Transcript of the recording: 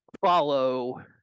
follow